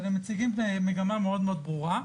אבל הם מציגים מגמה מאוד ברורה.